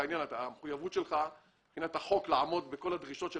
המחויבות מבחינת החוק לעמוד בכל הדרישות של